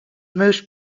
most